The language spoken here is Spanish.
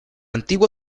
antigua